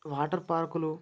water పార్క్లు